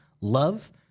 love